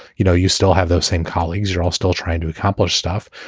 you know, you still have those same colleagues are all still trying to accomplish stuff.